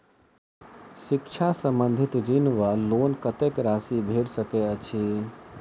शिक्षा संबंधित ऋण वा लोन कत्तेक राशि भेट सकैत अछि?